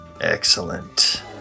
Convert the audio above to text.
Excellent